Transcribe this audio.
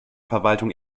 verwaltung